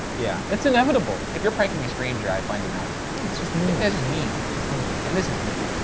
yeah. it's inevitable. if you're pranking a stranger, i find it not as funny. it's just mean. and that's just mean. it's just mean. and this is mean.